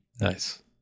nice